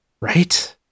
Right